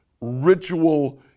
ritual